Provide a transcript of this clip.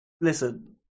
Listen